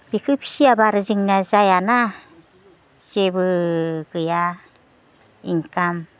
बेखो फिसियाब्ला आरो जोंना जायाना जेबो गैया इनकाम